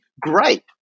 great